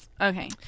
Okay